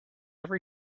every